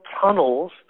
tunnels